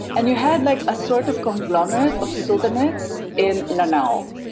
and you had like a sort of conglomerate of sultanates in lanao.